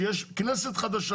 שיש כנסת חדשה,